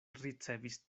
ricevis